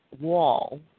wall